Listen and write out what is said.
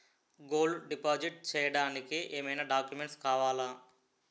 Gold deposit చేయడానికి ఏమైనా documents కావాలా?